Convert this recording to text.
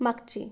मागचे